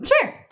Sure